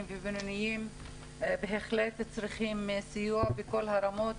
ובינוניים בהחלט צריכים סיוע בכל הרמות,